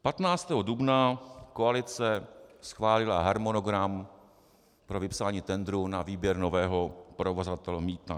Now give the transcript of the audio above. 15. dubna koalice schválila harmonogram pro vypsání tendru na výběr nového provozovatele mýta.